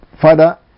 Father